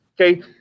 Okay